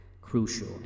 crucial